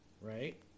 Right